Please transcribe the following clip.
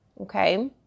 Okay